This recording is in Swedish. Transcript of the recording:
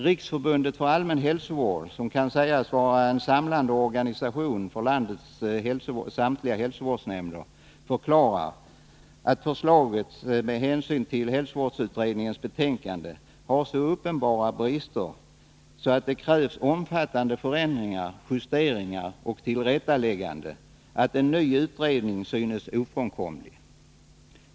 Riksförbundet för allmän hälsovård, som kan sägas vara en samlande organisation för landets samtliga hälsovårdsnämnder, förklarar att förslaget med hänsyn till hälsovårdsutredningens betänkande har så uppenbara brister att det krävs omfattande förändringar, justeringar och tillrättalägganden samt att en ny utredning synes ofrånkomlig.